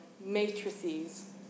matrices